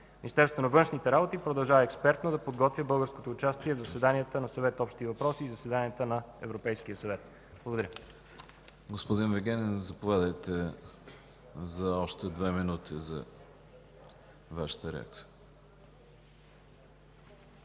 Министерството на външните работи продължава експертно да подготвя българското участие в заседанията на Съвет „Общи въпроси” и на заседанията на Европейския съвет. Благодаря. ПРЕДСЕДАТЕЛ ЯНАКИ СТОИЛОВ: Господин Вигенин, заповядайте за още две минути за Вашата реплика.